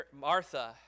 Martha